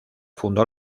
fundó